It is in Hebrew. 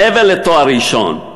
מעבר לתואר ראשון,